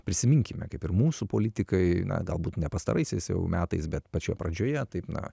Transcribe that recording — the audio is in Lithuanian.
prisiminkime kaip ir mūsų politikai na galbūt ne pastaraisiais metais bet pačioje pradžioje taip na